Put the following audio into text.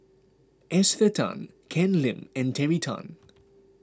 Esther Tan Ken Lim and Terry Tan